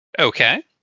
Okay